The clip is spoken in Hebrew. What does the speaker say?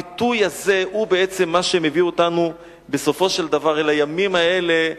הביטוי הזה הוא בעצם מה שמביא אותנו בסופו של דבר אל הימים האלה,